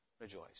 rejoice